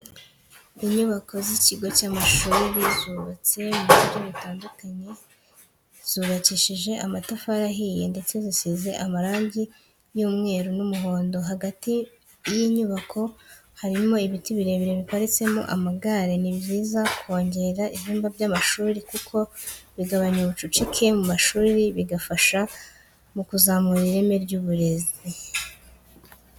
Inyubako z'ikigo y'amashuri zubatse mu buryo butandukanye, zubakishije amatafari ahiye ndetse zisize n'amarangi y'umweru n'umuhondo, hagati y'inyubako harimo ibiti birebire biparitsemo amagare. Ni byiza kongera ibyumba by'amashuri kuko bigabanya ubucucike mu mashuri bigafasha mu kuzamura ireme ry'uburezi.